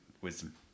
Wisdom